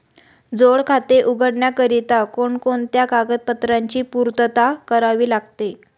जोड खाते उघडण्याकरिता कोणकोणत्या कागदपत्रांची पूर्तता करावी लागते?